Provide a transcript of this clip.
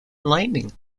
lightning